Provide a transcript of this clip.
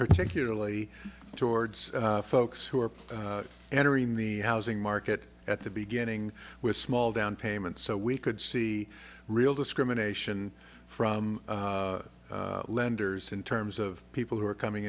particularly towards folks who are entering the housing market at the beginning with small down payment so we could see real discrimination from lenders in terms of people who are coming